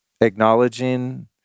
acknowledging